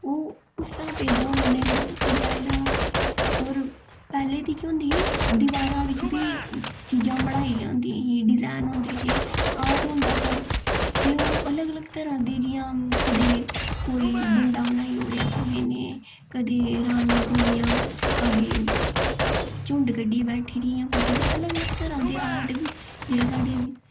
ओह् उस स्हाबै दा उ'नें सजाए दा हा होर ते पैह्लें जेह्के होंदे हे दिवारां बिच्च बी चीज़ां मढाई जंदियां हियां डिजाईन होंदे हे ऑर्ट होंदा हा ते ओह् अलग अलग तरह दे जि'यां कदें कोई बंदा बनाई ओड़ेआ कुसै नै कदें रानी कोई इ'यां अग्गें झुंड कड्ढियै बैठी दियां कुछ बी अलग अलग तरह दे ऑर्ट जेह्ड़े साढ़े